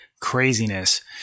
craziness